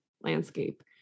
landscape